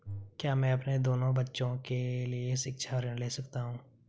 क्या मैं अपने दोनों बच्चों के लिए शिक्षा ऋण ले सकता हूँ?